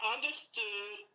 Understood